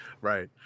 right